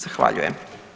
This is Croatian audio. Zahvaljujem.